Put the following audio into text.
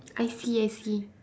I see I see